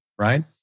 right